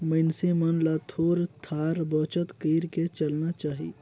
मइनसे मन ल थोर थार बचत कइर के चलना चाही